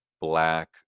black